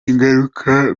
ingaruka